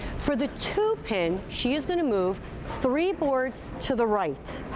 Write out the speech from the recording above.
for the two pin she is going to move three boards to the right.